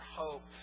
hope